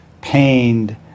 pained